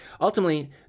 ultimately